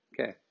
Okay